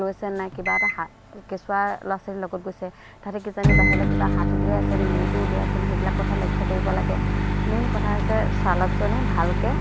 লৈছে নাই কিবা এটা হাত কেঁচুৱা ল'ৰা ছোৱালীৰ লগত গৈছে তাতে কিজানি বাহিৰলে কিবা হাত উলিয়াইছেনি মূৰটো উলিয়াই আছেনি সেইবিলাক কথা লক্ষ্য কৰিব লাগে মেইন কথা হৈছে চালকজনে ভালকৈ